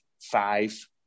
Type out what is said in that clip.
five